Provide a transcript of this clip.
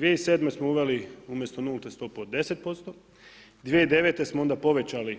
2007. smo uveli umjesto nulte stope od 10%, 2009. smo onda povećali